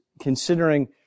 considering